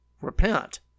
repent